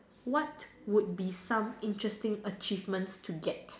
what would be some interesting achievements to get